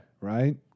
Right